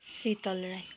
Sheetal Rai